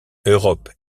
europe